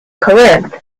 corinth